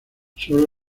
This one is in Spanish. solo